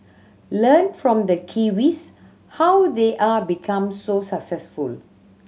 learn from the Kiwis how they are become so successful